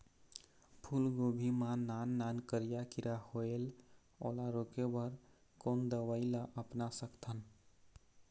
फूलगोभी मा नान नान करिया किरा होयेल ओला रोके बर कोन दवई ला अपना सकथन?